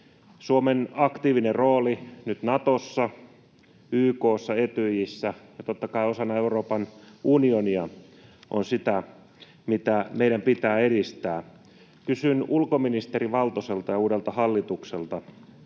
Suomen aktiivinen rooli nyt Natossa, YK:ssa, Etyjissä ja totta kai osana Euroopan unionia on sitä, mitä meidän pitää edistää. Kysyn ulkoministeri Valtoselta ja uudelta hallitukselta,